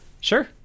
Sure